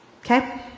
Okay